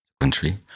country